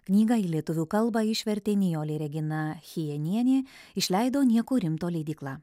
knygą į lietuvių kalbą išvertė nijolė regina chijenienė išleido nieko rimto leidykla